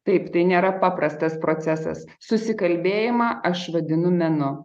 taip tai nėra paprastas procesas susikalbėjimą aš vadinu menu